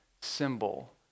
symbol